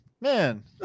Man